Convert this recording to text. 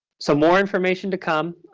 so more information to come.